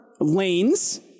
lanes